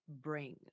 bring